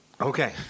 Okay